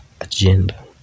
agenda